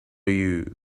you